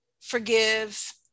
forgive